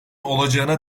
olacağına